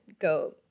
go